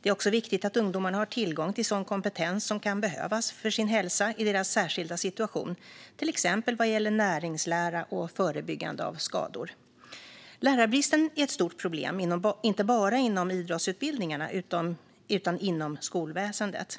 Det är också viktigt att ungdomarna har tillgång till sådan kompetens som kan behövas för deras hälsa i denna särskilda situation, till exempel vad gäller näringslära och förebyggande av skador. Lärarbristen är ett stort problem inte bara inom idrottsutbildningarna, utan inom hela skolväsendet.